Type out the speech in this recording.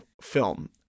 film